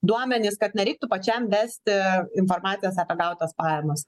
duomenys kad nereiktų pačiam vesti informacijos apie gautas pajamas